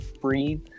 breathe